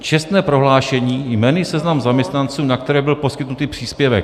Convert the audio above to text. Čestné prohlášení, jmenný seznam zaměstnanců, na které byl poskytnut příspěvek.